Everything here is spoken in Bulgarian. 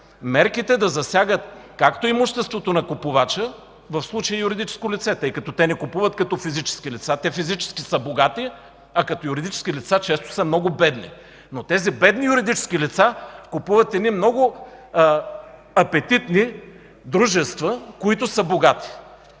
мерките да засягат имуществото на купувача, в случая юридическо лице, тъй като те не купуват като физическо лице. Те физически са богати, а като юридически лица често са много бедни. Но тези бедни юридически лица купуват много апетитни дружества, които са богати.